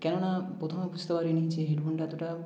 কেন না প্রথমে বুঝতে পারিনি যে হেডফোনটা এতটা